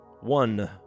one